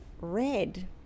red